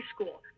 school